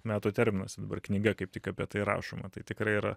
metų terminas dabar knyga kaip tik apie tai rašoma tai tikrai yra